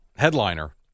Headliner